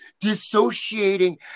dissociating